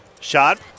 Shot